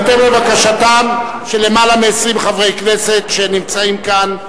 בהתאם לבקשתם של יותר מ-20 חברי כנסת שנמצאים כאן.